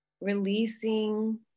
releasing